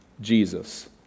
Jesus